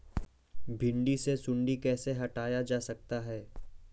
भिंडी से सुंडी कैसे हटाया जा सकता है?